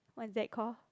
what is that called